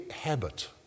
habit